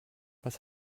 was